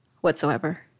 whatsoever